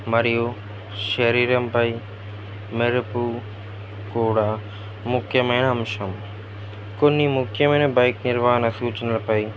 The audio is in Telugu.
మరియు శరీరంపై మెరుపు కూడా ముఖ్యమైన అంశం కొన్ని ముఖ్యమైన బైక్ నిర్వాహణ సూచనలపై